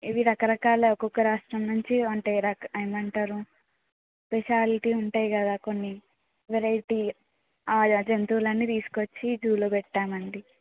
ఇవి రకరకాల ఒక్కొక్క రాష్ట్రం నుంచి అంటే రక ఏమంటారు స్పెషాలిటీ ఉంటాయి కదా కొన్ని వెరైటీ జంతువులన్నీ తీసుకొచ్చి జూలో పెట్టామండి